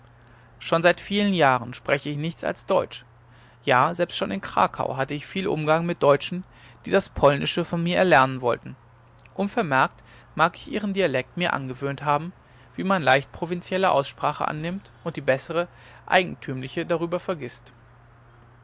schon seit vielen jahren spreche ich nichts als deutsch ja selbst schon in krakau hatte ich viel umgang mit deutschen die das polnische von mir erlernen wollten unvermerkt mag ich ihren dialekt mir angewöhnt haben wie man leicht provinzielle aussprache annimmt und die bessere eigentümliche darüber vergißt